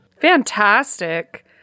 Fantastic